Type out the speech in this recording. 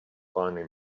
finally